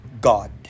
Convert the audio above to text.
God